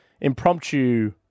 impromptu